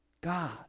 God